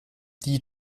die